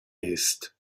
ist